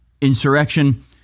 insurrection